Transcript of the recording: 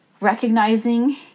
recognizing